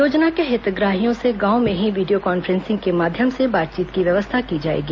योजना के हितग्राहियों से गांवों में ही वीडियो कॉन्फ्रेंसिंग के माध्यम से बातचीत की व्यवस्था की जाएगी